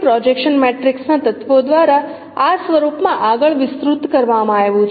projection matrix ના તત્વો દ્વારા આ સ્વરૂપ માં આગળ વિસ્તૃત કરવામાં આવ્યું છે